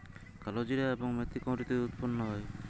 কালোজিরা এবং মেথি কোন ঋতুতে উৎপন্ন হয়?